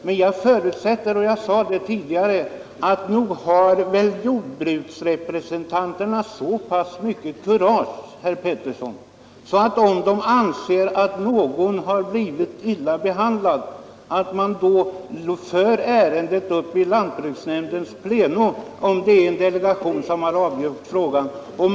Men jag förutsätter — och det sade jag tidigare — att jordbruksrepresentanterna har så pass mycket kurage att de, om de anser att någon har blivit illa behandlad, för upp ärendet till lantbruksnämnden in pleno, om frågan har avgjorts av en delegation.